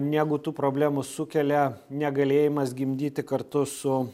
negu tų problemų sukelia negalėjimas gimdyti kartu su